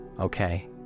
Okay